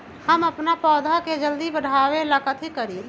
हम अपन पौधा के जल्दी बाढ़आवेला कथि करिए?